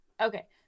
Okay